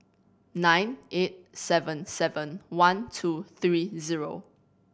nine eight seven seven one two three zero